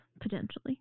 potentially